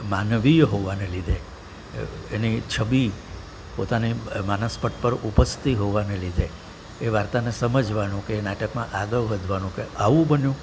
માનવીય હોવાને લીધે એની છબી પોતાને માનસ પટ પર ઉપસતી હોવાને લીધે એ વાર્તાને સમજવાનું કે એ નાટકમાં આગળ વધવાનું કે આવું બન્યું